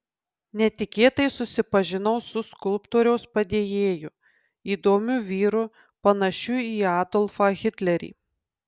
netikėtai susipažinau su skulptoriaus padėjėju įdomiu vyru panašiu į adolfą hitlerį